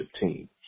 team